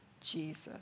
jesus